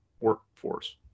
workforce